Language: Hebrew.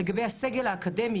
לגבי הסגל האקדמי,